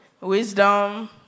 wisdom